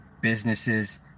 businesses